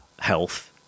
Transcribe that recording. health